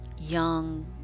young